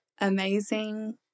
amazing